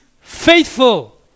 faithful